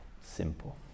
Simple